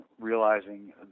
realizing